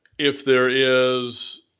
if there is